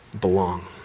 Belong